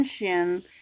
attention